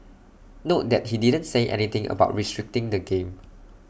note that he didn't say anything about restricting the game